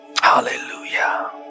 Hallelujah